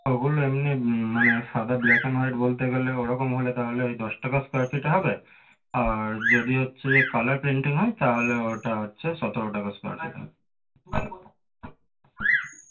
ওগুলো এমনি মানে সাদা ব্ল্যাক অ্যান্ড হোয়াইট বলতে গেলে ওরকম হলে তাহলে ওই দশ টাকা স্কোয়ার ফিট হবে আর যদি হচ্ছে যে কালার প্রিন্টিং হয় তাহলে ওটা হচ্ছে সতেরো টাকা স্কোয়ার ফিট